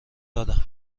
دادم